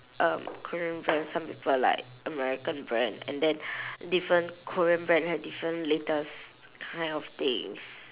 um korean brand some people like american brand and then different korean brand have different latest kind of things